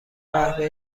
قهوه